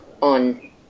on